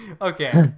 Okay